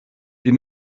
die